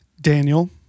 Daniel